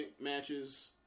matches